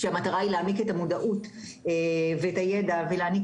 שהמטרה היא להעמיק את המודעות ואת הידע ולהעניק